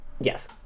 Yes